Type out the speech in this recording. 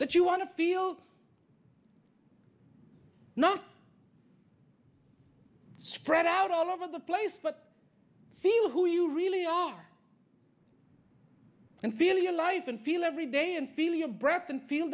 that you want to feel not spread out all over the place but feel who you really are and feel your life and feel every day and feel your breath and feel